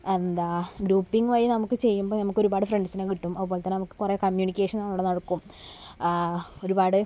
എന്താണ് ഗ്രൂപ്പിങ്ങുമായി നമുക്ക് ചെയ്യുമ്പോൾ നമുക്ക് ഒരുപാട് ഫ്രണ്ട്സിനെ കിട്ടും അത്പോലെ തന്നെ നമുക്ക് കുറേ കമ്മ്യൂണിക്കേഷൻ അവിടെ നടക്കും ഒരുപാട്